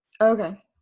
Okay